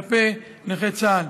כלפי נכי צה"ל.